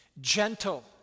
gentle